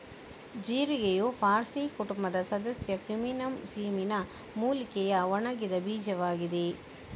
ಜೀರಿಗೆಯು parsley ಕುಟುಂಬದ ಸದಸ್ಯ Cuminum cyminum ಮೂಲಿಕೆಯ ಒಣಗಿದ ಬೀಜವಾಗಿದೆ